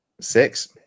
Six